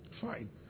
Fine